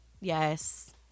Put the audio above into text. Yes